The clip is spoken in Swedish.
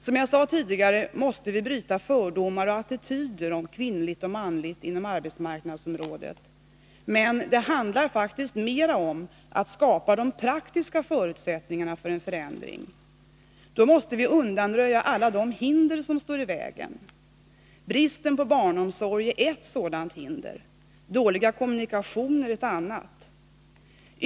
Som jag sade tidigare, måste vi bryta fördomar och attityder om kvinnligt och manligt inom arbetsmarknadsområdet, men det handlar faktiskt mer om att skapa de praktiska förutsättningarna för en förändring. Vi måste undanröja alla de hinder som står i vägen. Bristen på barnomsorg är ett sådant hinder, dåliga kommunikationer ett annat.